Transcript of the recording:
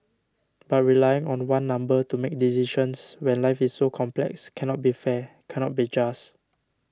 but relying on one number to make decisions when life is so complex cannot be fair cannot be just